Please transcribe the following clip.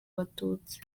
abatutsi